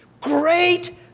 Great